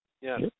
Yes